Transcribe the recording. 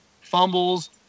fumbles